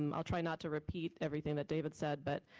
um i'll try not to repeat everything that david said, but